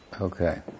Okay